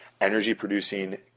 energy-producing